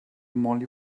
molly